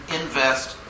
invest